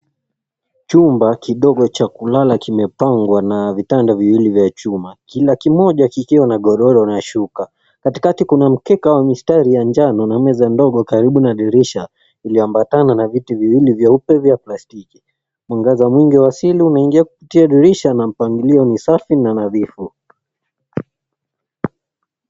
Chumba kidogo cha kulala kimepangwa na vitanda viwili vya chuma kila kimoja kikiwa na godoro na shuka. Katikati kuna mkeka wa mistari ya njano na meza ndogo karibu na dirisha iliyoambatana na viti viwili vyeupe vya plastiki. Mwangaza mwingi wa asili unaingia kupitia dirisha na mpangilio ni safi na nadhifu.